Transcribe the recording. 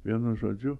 vienu žodžiu